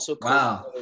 Wow